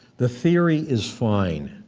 the theory is fine,